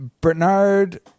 Bernard